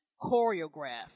choreograph